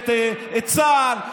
את צה"ל,